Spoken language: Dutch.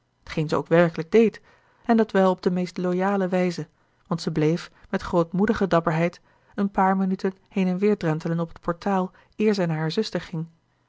t geen ze ook werkelijk deed en dat wel op de meest loyale wijze want zij bleef met grootmoedige dapperheid een paar minuten heen en weer drentelen op het portaal eer zij naar haar zuster ging